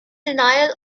denial